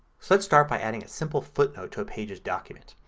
so let's start by adding a simple footnote to a pages document.